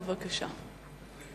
בבקשה.